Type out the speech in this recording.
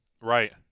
Right